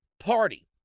party